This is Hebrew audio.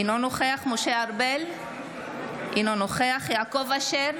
אינו נוכח משה ארבל, אינו נוכח יעקב אשר,